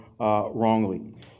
Wrongly